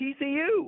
TCU